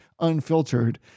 unfiltered